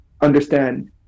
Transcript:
understand